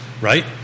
right